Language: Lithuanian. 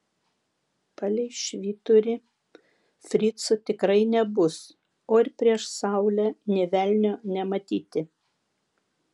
palei švyturį fricų tikrai nebus o ir prieš saulę nė velnio nematyti